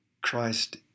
Christ